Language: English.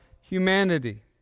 humanity